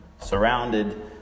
surrounded